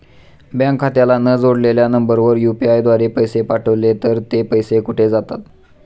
Bank खात्याला न जोडलेल्या नंबरवर यु.पी.आय द्वारे पैसे पाठवले तर ते पैसे कुठे जातात?